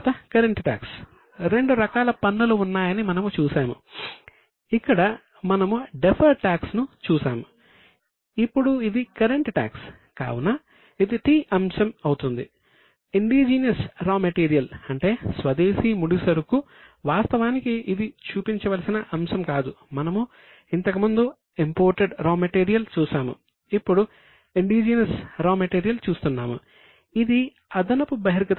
తరువాత current tax గా రావాలి